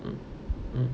mm